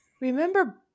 Remember